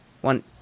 one